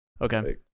Okay